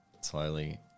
slowly